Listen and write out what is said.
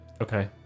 Okay